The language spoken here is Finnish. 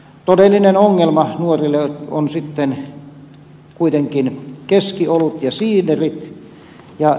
todellinen ongelma nuorille on sitten kuitenkin keskiolut ja siiderit